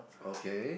okay